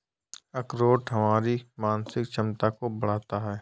अखरोट हमारी मानसिक क्षमता को बढ़ाता है